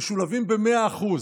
משולבים במאה אחוז.